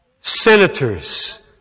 senators